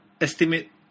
estimate